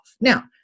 now